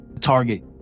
target